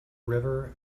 river